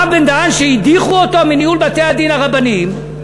הרב בן-דהן שהדיחו אותו מניהול בתי-הדין הרבניים,